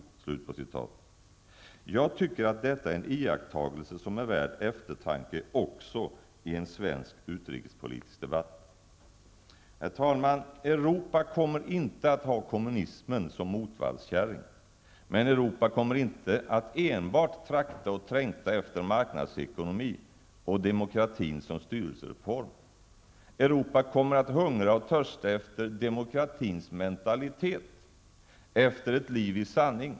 Jag tycker att detta är en iakttagelse som är värd eftertanke också i en svensk utrikespolitisk debatt. Herr talman! Europa kommer inte att ha kommunismen som motvallskärring. Men Europa kommer inte att enbart trakta och trängta efter marknadsekonomi och demokratin som styrelseform. Europa kommer att hungra och törsta efter demokratins mentalitet, efter ''ett liv i sanning''.